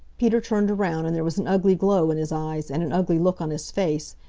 peter turned around, and there was an ugly glow in his eyes and an ugly look on his face,